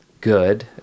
good